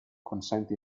consente